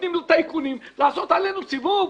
נותנים לטייקונים לעשות עלינו סיבוב.